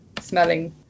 smelling